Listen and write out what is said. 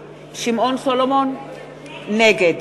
נגד